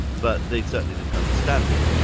but they certainly didn't understand it.